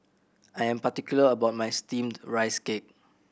I am particular about my Steamed Rice Cake